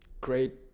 great